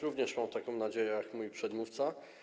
Również mam taką nadzieję jak mój przedmówca.